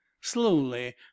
slowly